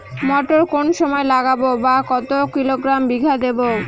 মটর কোন সময় লাগাবো বা কতো কিলোগ্রাম বিঘা দেবো?